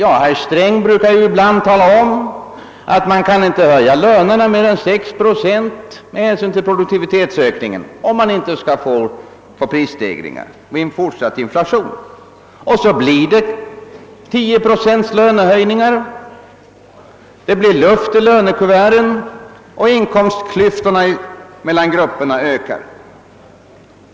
Herr Sträng brukar ibland tala om att man med hänsyn till produktivitetsökningen inte kan höja lönerna med mer än 6 procent, om man inte skall få prisstegringar och en fortsatt inflation. Och så blir det lönehöjningar på 10 procent; det blir luft i lönekuverten, och in komstklyftorna mellan grupperna ökar.